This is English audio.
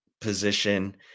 position